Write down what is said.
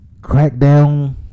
crackdown